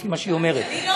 לפי מה שהיא אומרת, אני,